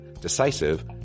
decisive